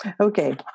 Okay